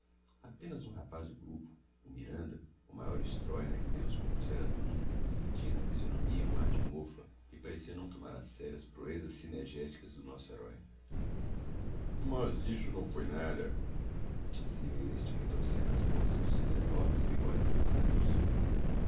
apenas um rapaz do grupo o miranda o maior estróina que deus pusera no mundo tinha na fisionomia um ar de mofa e parecia não tomar a sério as proezas cinegéticas do nosso herói mas isso não foi nada dizia este retorcendo as pontas dos seus enormes bigodes grisalhos